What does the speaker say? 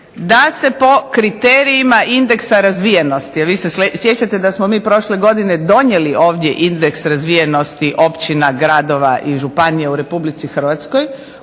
da se po kriterijima razvijenosti, vi se sjećate da smo mi prošle godine donijeli ovdje indeks razvijenosti općina, gradova i županija u Republici Hrvatskoj